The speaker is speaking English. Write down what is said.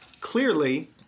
clearly